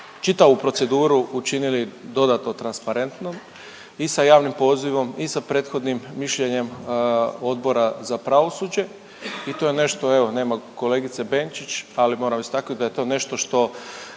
čitavu proceduru učinili dodatno transparentnom i sa javnim pozivom i sa prethodnim mišljenjem Odbora za pravosuđe i to je nešto evo nema kolegice Benčić, ali moram istaknut da je to nešto što